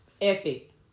Effie